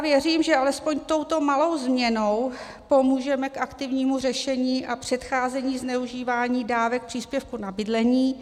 Věřím, že alespoň touto malou změnou pomůžeme k aktivnímu řešení a předcházení zneužívání dávek příspěvku na bydlení.